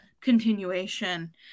continuation